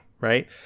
Right